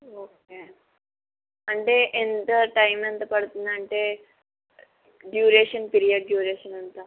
okay అంటే ఎంత time ఎంత పడుతుంది అంటే డ్యూరేషన్ పీరియడ్ డ్యూరేషన్ ఎంత